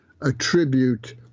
attribute